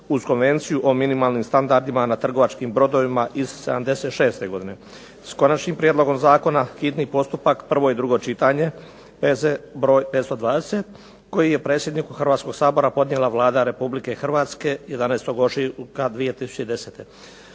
uz Konvenciju o minimalnim standardima na trgovačkim brodovima iz '76. godine, s konačnim prijedlogom zakona, hitni postupak, prvo i drugo čitanje, P.Z. br. 520 koji je predsjedniku Hrvatskoga sabora podnijela Vlada Republike Hrvatske 11. ožujka 2010.